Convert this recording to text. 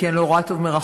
כי אני לא רואה טוב מרחוק,